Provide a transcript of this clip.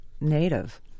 native